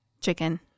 chicken